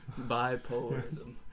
Bipolarism